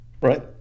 Right